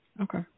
Okay